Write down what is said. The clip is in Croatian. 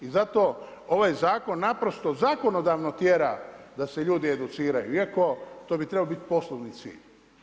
I zato ovaj zakon, naprosto zakonodavno tjera da se ljudi educiraju, iako to bi trebao biti poslovni cilj.